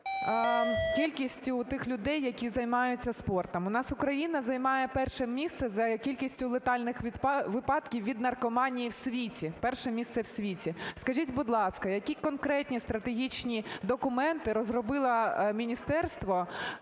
кількістю тих людей, які займаються спортом. У нас Україна займає перше місце за кількістю летальних випадків від наркоманії в світі, перше місце в світі. Скажіть, будь ласка, які конкретні стратегічні документи розробило міністерство,